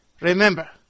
remember